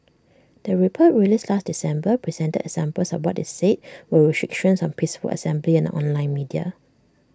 the report released last December presented examples of what IT said were restrictions on peaceful assembly and online media